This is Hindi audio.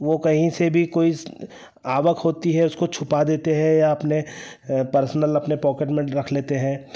वह कहीं से भी कोई आवक होती है उसको छुपा देते हैं या अपने पर्सनल अपने पॉकेट में रख लेते हैं